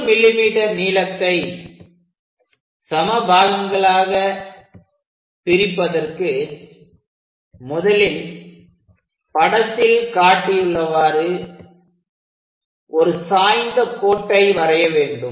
100 mm நீளத்தை சம பாகங்களாக பிரிப்பதற்கு முதலில் படத்தில் காட்டியுள்ளவாறு ஒரு சாய்ந்த கோட்டை வரைய வேண்டும்